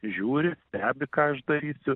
žiūri stebi ką aš darysiu